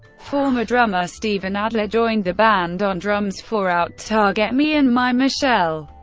former drummer steven adler joined the band on drums for out ta get me and my michelle.